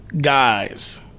guys